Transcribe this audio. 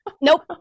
Nope